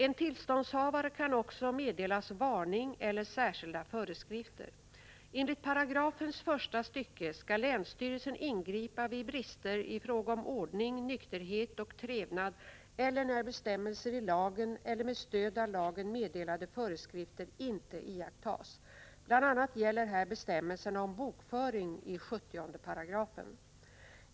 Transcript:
En tillståndshavare kan också meddelas varning eller särskilda föreskrifter. Enligt paragrafens första stycke skall länsstyrelsen ingripa vid brister i fråga om ordning, nykterhet och trevnad eller när bestämmelser i lagen eller med stöd av lagen meddelade föreskrifter inte iakttas. Bl.a. gäller här bestämmelserna om bokföring i 70 §.